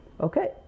Okay